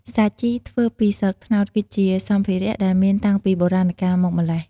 សាជីធ្វើពីស្លឹកត្នោត គឺជាសម្ភារៈដែលមានតាំងពីបុរាណកាលមកម្ល៉េះ។